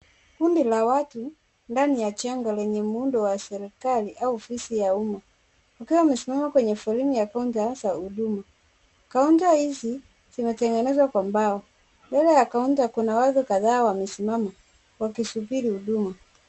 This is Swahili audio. Kundi la watu ndani ya jengo lenye muundo wa serikali au ofisi ya umma ,wakiwa wamesimama kwenye foleni ya kaunta ya huduma ,kaunta hizi zimetengenezwa kwa mbao ,mbele ya kaunta kuna watu kadhaa wamesimama wakisubiri huduma.